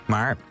Maar